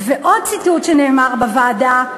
ועוד ציטוט מהנאמר בוועדה: